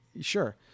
sure